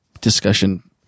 discussion